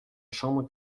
chambre